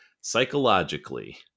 psychologically